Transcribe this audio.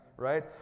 Right